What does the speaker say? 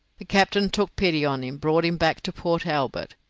the captain took pity on him, brought him back to port albert,